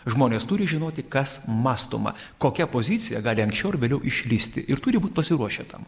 žmonės turi žinoti kas mąstoma kokia pozicija gali anksčiau ar vėliau išlįsti ir turi būt pasiruošę tam